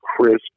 crisp